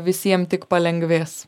visiem tik palengvės